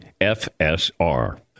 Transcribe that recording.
FSR